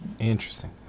Interesting